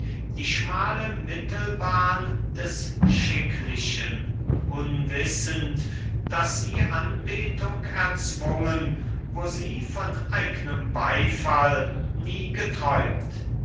die schmale mittelbahn des schicklichen unwissend daß sie anbetung erzwungen wo sie von eignem beifall nie geträumt